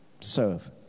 serve